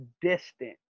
distant